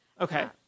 Okay